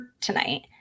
tonight